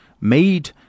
made